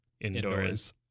indoors